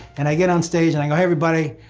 and i get on stage and i everybody,